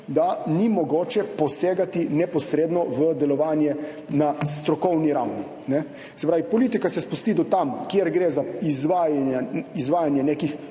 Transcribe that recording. da ni mogoče neposredno posegati v delovanje na strokovni ravni. Se pravi, politika se spusti do tam, kjer gre za izvajanje nekih